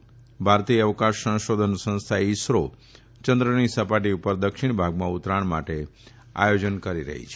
the ભારતીય અવકાશ સંશોધન સંસ્થા ઇસરો ચંદ્રની સપાટી ઉપર દક્ષિણ ભાગમાં ઉતરાણ માટે આયોજન કરી રહયું છે